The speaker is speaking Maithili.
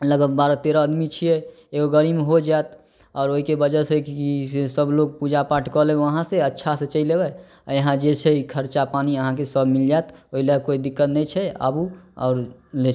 लग बारह तेरह आदमी छिए एगो गाड़ीमे हो जाएत आओर ओहिके वजहसे कि छै सभलोक पूजा पाठ कऽ लेब वहाँसे अच्छासे चलि अएबै आओर इहाँ जे छै खरचा पानी अहाँके सब मिलि जाएत ओहिलए कोइ दिक्कत नहि छै आबू आओर ले